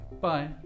Bye